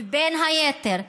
ובין היתר חרם.